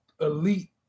elite